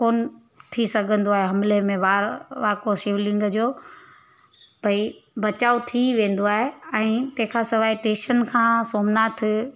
कोनि थी सघंदो आहे हमिले में वार वाको शिवलिंग जो भई बचाओ थी वेंदो आहे ऐं तंहिंखां सवाइ स्टेशन खां सोमनाथ